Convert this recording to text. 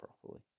properly